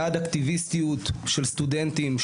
בעד אקטיביסטיות של סטודנטים,